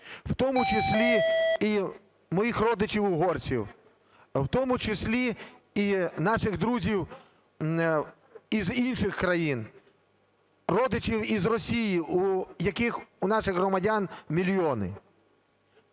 в тому числі і моїх родичів-угорців, в тому числі і наших друзів із інших країн, родичів із Росії, яких у наших громадян мільйони.